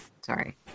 Sorry